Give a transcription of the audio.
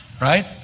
right